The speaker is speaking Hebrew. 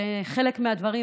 שחלק מהדברים,